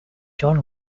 john